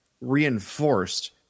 reinforced